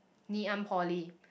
Ngee-Ann Poly